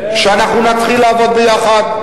אנחנו נתחיל לעבוד ביחד,